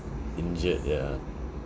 injured ya